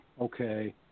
Okay